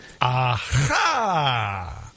Aha